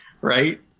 Right